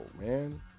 man